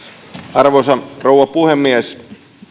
arvoisa rouva puhemies